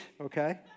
okay